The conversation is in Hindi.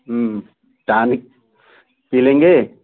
टॉनिक पी लेंगे